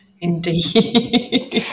indeed